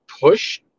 push